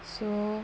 so